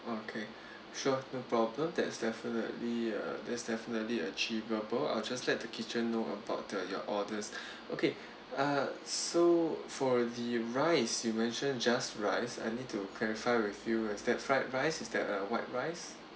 okay sure no problem that's definitely uh there's definitely achievable I'll just let the kitchen know about the your orders okay uh so for the rice you mentioned just rice I need to clarify with you is that fried rice or is that a white rice